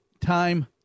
time